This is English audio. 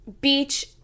beach